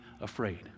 afraid